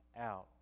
out